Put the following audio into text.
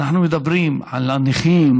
ואנחנו מדברים על הנכים,